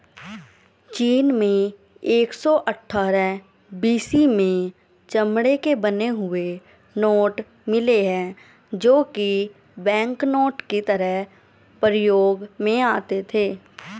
चीन में एक सौ अठ्ठारह बी.सी में चमड़े के बने हुए नोट मिले है जो की बैंकनोट की तरह प्रयोग में आते थे